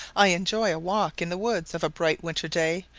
i enjoy a walk in the woods of a bright winter-day,